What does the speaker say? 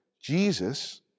Jesus